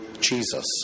Jesus